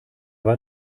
war